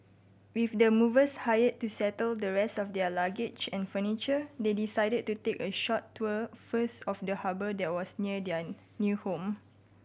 with the movers hired to settle the rest of their luggage and furniture they decided to take a short tour first of the harbour that was near their new home